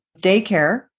daycare